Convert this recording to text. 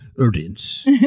audience